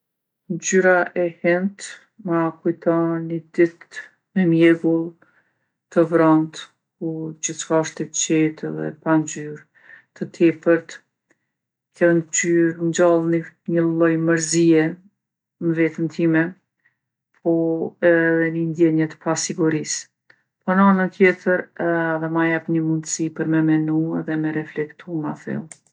Ngjyra e hintë ma kujton ni ditë me mjegull, të vrontë ku gjithçka osht e qetë edhe pa ngjyrë të tepërt. Kjo ngjyrë m'ngjall n- ni lloj mërzie n'vetën time, po edhe ni ndjenje t'pasigurisë. Po n'anën tjetër ma jep edhe ni mundsi me reflektu edhe me menu ma thellë.